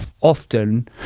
often